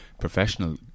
professional